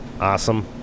Awesome